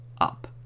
up